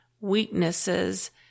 weaknesses